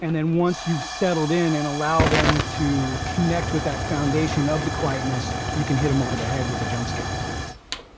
and then once you've settled in and allowed them to connect with that foundation of the quietness, you can hit them over the head with a jump scare